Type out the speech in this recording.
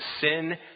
Sin